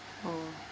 oh